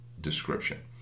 description